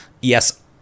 yes